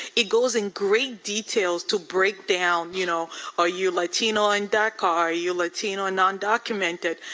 it goes in great detail to break down. you know are you latino undoc? are you latino and undocumented?